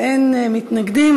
ואין מתנגדים.